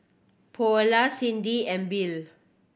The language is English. Paola Cindy and Bill